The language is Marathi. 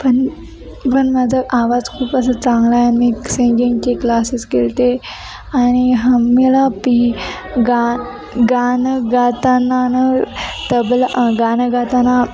पण पण माझा आवाज खूप असं चांगला आहे मी सिंगिंगचे क्लासेस केले होते आणि ह मला पी गा गाणं गाताना नं तबला गाणं गाताना